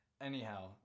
Anyhow